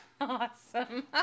awesome